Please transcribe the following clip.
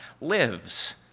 lives